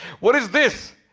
what is this!